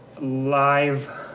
live